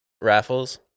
Raffles